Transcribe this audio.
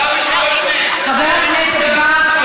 חבר הכנסת בר,